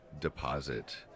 deposit